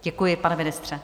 Děkuji, pane ministře.